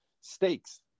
stakes